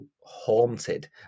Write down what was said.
haunted